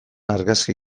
argazki